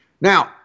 now